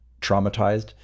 Traumatized